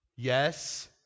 Yes